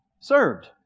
served